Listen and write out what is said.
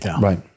Right